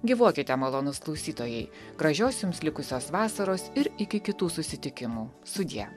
gyvuokite malonūs klausytojai gražios jums likusios vasaros ir iki kitų susitikimų sudie